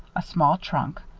a small trunk,